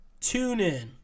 TuneIn